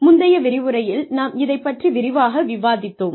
முந்தைய விரிவுரையில் நாம் இதைப் பற்றி விரிவாக விவாதித்தோம்